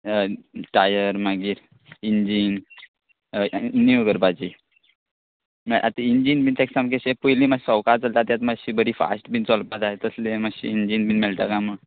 tyre मागीर engine अय new करपाची माय आतां इंजीन बीन तेक सामकेंशें पयली माश्श सोवका चलता तेंत माश्शें बरी फाश्ट बीन चोलपा जाय तसलें माश्शें इंजीन बीन मेळटा गा म्हूण